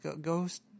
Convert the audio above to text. ghost